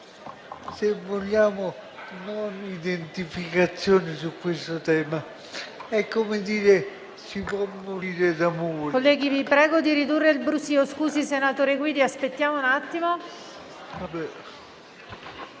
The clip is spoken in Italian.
Se vogliamo una non identificazione su questo tema; è come dire che si può morire d'amore.